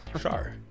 sorry